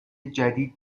جدید